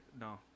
No